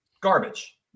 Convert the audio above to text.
garbage